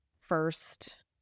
first